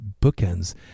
bookends